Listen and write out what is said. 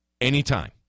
anytime